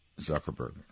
Zuckerberg